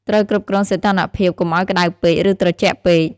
ត្រូវគ្រប់គ្រងសីតុណ្ហភាពកុំឲ្យក្តៅពេក ឬត្រជាក់ពេក។